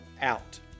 out